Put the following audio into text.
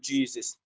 Jesus